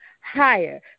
higher